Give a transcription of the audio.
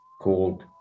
called